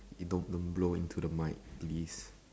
you don't don't blow into the mic please